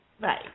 Bye